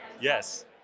Yes